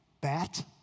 bat